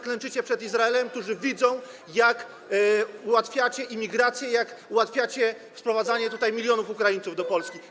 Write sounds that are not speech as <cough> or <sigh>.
klęczycie przed Izraelem, którzy widzą, jak ułatwiacie imigrację, jak ułatwiacie sprowadzanie <noise> milionów Ukraińców do Polski.